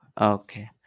Okay